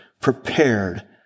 prepared